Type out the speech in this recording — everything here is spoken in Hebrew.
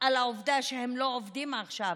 על העובדה שהם לא עובדים עכשיו,